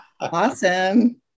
Awesome